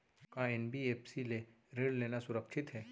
का एन.बी.एफ.सी ले ऋण लेना सुरक्षित हे?